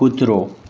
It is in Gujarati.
કૂતરો